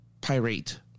Pirate